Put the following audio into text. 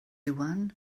iwan